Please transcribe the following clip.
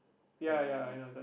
her wedding